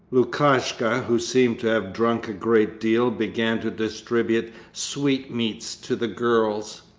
lukashka, who seemed to have drunk a great deal, began to distribute sweetmeats to the girls.